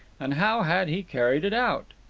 and how had he carried it out?